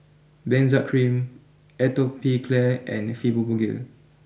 Benzac cream Atopiclair and Fibogel